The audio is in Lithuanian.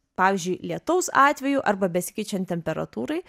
pavyzdžiui lietaus atveju arba besikeičiant temperatūrai